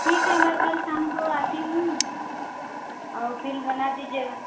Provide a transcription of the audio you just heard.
ठीक है मैं कल शाम को आती हूँ बिल बना दीजियेगा